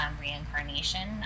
reincarnation